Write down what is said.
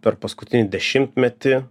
per paskutinį dešimtmetį